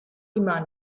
immer